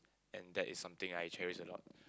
and that is something I cherish a lot